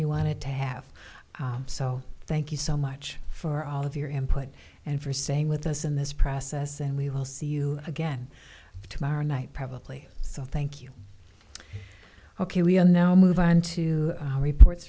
you wanted to have so thank you so much for all of your input and for saying with us in this process and we'll see you again tomorrow night privately so thank you ok we are now move on to reports